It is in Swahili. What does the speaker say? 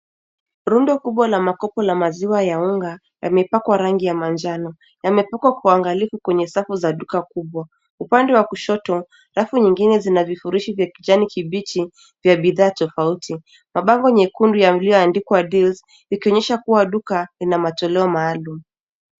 Rundo kubwa la makopo la maziwa ya unga yamepakwa rangi ya manjano. Yamepakwa kwa uangalifu kwenye safu za duka kubwa. Upande wa kushoto, rafu nyingine zina vifurushi vya kijani kibichi vya bidhaa tofauti. Mabavu nyekundu yalioandikwa Deals , ikionyesha kuwa duka ina mateleo maalum.